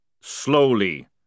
slowly